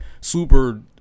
super